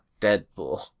Deadpool